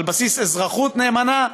על בסיס אזרחות נאמנה,